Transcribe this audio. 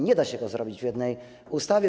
Nie da się tego zrobić w jednej ustawie.